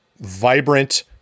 vibrant